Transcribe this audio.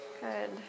good